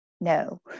No